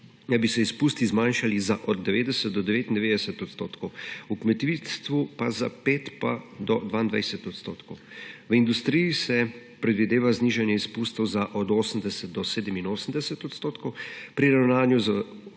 bi se izpusti zmanjšali za od 90 do 99 odstotkov, v kmetijstvu pa za 5 do 22 odstotkov. V industriji se predvideva znižanje izpustov za od 80 do 87 odstotkov, pri ravnanju